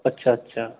अच्छा अच्छा